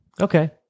Okay